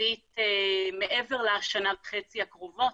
תחזית מעבר לשנה וחצי הקרובות.